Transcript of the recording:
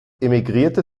emigrierte